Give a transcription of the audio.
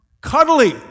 cuddly